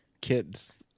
kids